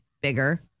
bigger